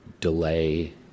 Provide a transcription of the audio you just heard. delay